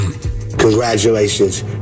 Congratulations